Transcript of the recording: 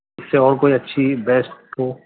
اس سے اور کوئی اچھی بیسٹ ہو